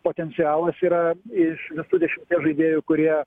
potencialas yra iš visų dešimties žaidėjų kurie